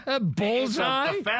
Bullseye